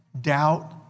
doubt